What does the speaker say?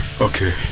Okay